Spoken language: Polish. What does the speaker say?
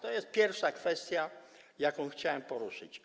To jest pierwsza kwestia, jaką chciałem poruszyć.